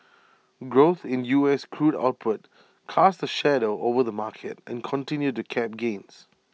growth in us crude output cast A shadow over the market and continued to cap gains